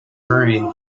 hurrying